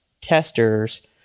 testers